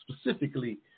specifically